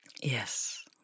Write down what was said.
Yes